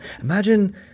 Imagine